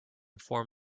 form